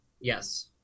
Yes